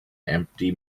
empty